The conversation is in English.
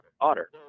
Otter